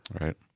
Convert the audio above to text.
Right